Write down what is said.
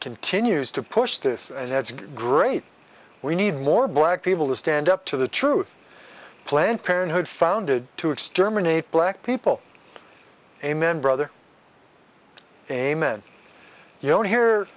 continues to push this and that's great we need more black people to stand up to the truth planned parenthood founded to exterminate black people amen brother amen you don't hear